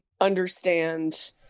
understand